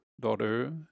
daughter